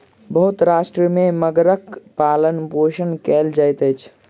बहुत राष्ट्र में मगरक पालनपोषण कयल जाइत अछि